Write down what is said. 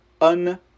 un